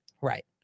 Right